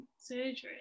surgery